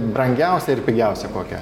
brangiausią ir pigiausią kokią